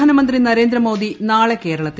പ്രധാനമന്ത്രി നരേന്ദ്ര മോദി നാളെ കേരളത്തിൽ